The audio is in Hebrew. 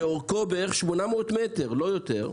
שאורכו בערך 800 מטר, לא יותר,